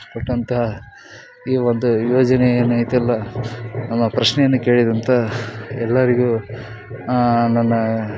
ಕೊಟ್ಟಂತಹ ಈ ಒಂದು ಯೋಜನೆ ಏನೈತಲ್ಲ ನಮ್ಮ ಪ್ರಶ್ನೆಯನ್ನ ಕೇಳಿದಂಥ ಎಲ್ಲರಿಗೂ ನನ್ನ